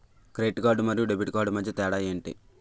Credit card మరియు debit card మధ్య తేడా ఎంటి?